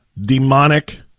demonic